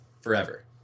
Forever